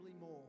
more